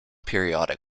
periodic